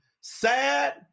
sad